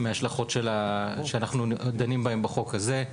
מההשלכות שאנחנו דנים בהן בחוק הזה.